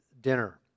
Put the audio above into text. dinner